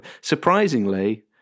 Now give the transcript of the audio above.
surprisingly